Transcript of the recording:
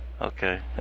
Okay